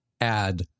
add